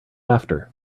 after